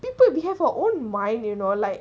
people have their own mind you know like